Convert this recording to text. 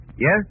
Yes